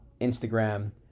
Instagram